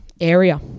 area